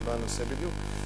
זה לא הנושא בדיוק,